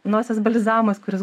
nosies balzamas kuris